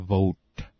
Vote